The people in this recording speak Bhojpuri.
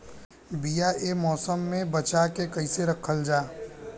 बीया ए मौसम में बचा के कइसे रखल जा?